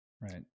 Right